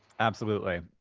absolutely.